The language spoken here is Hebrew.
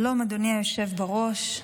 שלום, אדוני היושב בראש.